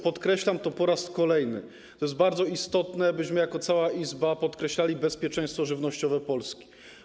Podkreślam po raz kolejny: to jest bardzo istotne, byśmy jako cała Izba podkreślali bezpieczeństwo żywnościowe Polski.